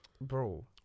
bro